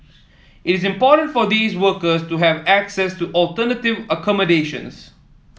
it is important for these workers to have access to alternative accommodations